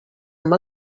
amb